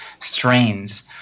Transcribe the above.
strains